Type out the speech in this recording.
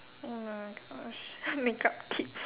oh my Gosh makeup tips